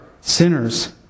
sinners